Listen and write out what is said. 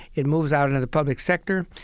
it moves out into the public sector.